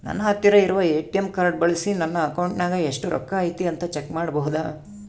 ನನ್ನ ಹತ್ತಿರ ಇರುವ ಎ.ಟಿ.ಎಂ ಕಾರ್ಡ್ ಬಳಿಸಿ ನನ್ನ ಅಕೌಂಟಿನಾಗ ಎಷ್ಟು ರೊಕ್ಕ ಐತಿ ಅಂತಾ ಚೆಕ್ ಮಾಡಬಹುದಾ?